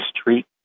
street